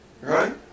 Right